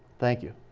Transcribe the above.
thank you.